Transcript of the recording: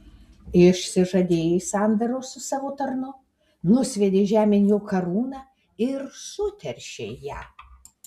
išsižadėjai sandoros su savo tarnu nusviedei žemėn jo karūną ir suteršei ją